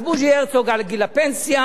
אז בוז'י הרצוג על גיל הפנסיה,